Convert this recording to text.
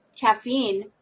caffeine